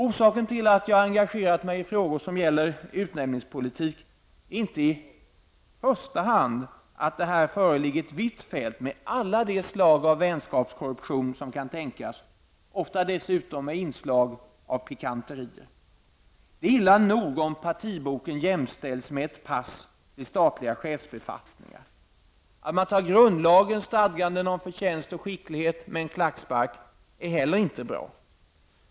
Orsaken till att jag engagerat mig i frågor som gäller utnämningspolitik är inte i första hand att här föreligger ett vitt fält med alla de slag av vänskapskorruption som kan tänkas, ofta med inslag av pikanterier. Det är illa nog om partiboken jämställs med ett pass till statliga chefsbefattningar. Att man tar grundlagens stadganden om förtjänst och skicklighet med en klackspark är inte heller bra.